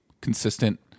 consistent